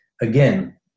Again